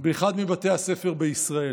באחד מבתי הספר בישראל.